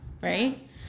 Right